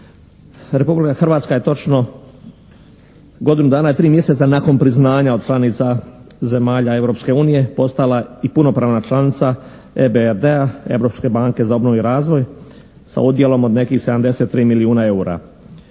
Republika Hrvatska je točno godinu dana i 3 mjeseca nakon priznanja od članica zemalja Europske unije postala i punopravna članica EBRD-a, Europske banke za obnovu i razvoj, sa udjelom od nekih 73 milijuna eura.